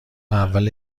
اول